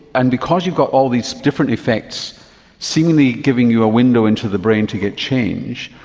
and because you've got all these different effects seemingly giving you a window into the brain to get change,